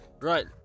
Right